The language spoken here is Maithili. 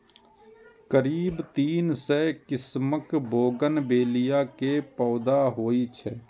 करीब तीन सय किस्मक बोगनवेलिया के पौधा होइ छै